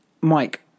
Mike